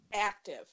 active